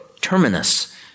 Terminus